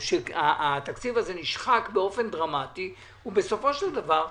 שהתקציב הזה נשחק באופן דרמטי ובסופו של דבר,